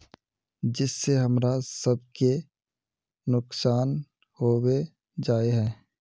जिस से हमरा सब के नुकसान होबे जाय है?